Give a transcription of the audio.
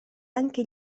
anche